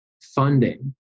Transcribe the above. funding